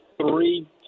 three